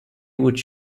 what